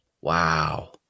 Wow